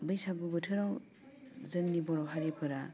बैसागु बोथोराव जोंंनि बर' हारिफोरा